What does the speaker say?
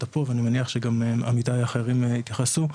פה ואני מניח שגם עמיתיי האחרים התייחסו,